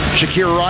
Shakir